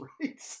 right